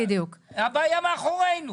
הבעיה מאחורינו.